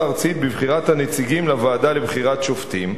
הארצית בבחירת הנציגים לוועדה לבחירת שופטים,